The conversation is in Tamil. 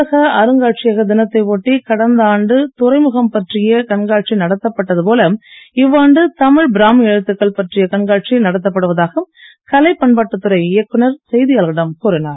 உலக அருங்காட்சியக தினத்தை ஒட்டி கடந்த ஆண்டு துறைமுகம் பற்றிய கண்காட்சி நடத்தப்பட்டது போல இவ்வாண்டு தமிழ் பிராமி எழுத்துக்கள் பற்றிய கண்காட்சி நடத்தப்படுவதாக கலை பண்பாட்டுத் துறை இயக்குநர் செய்தியாளர்களிடம் கூறினார்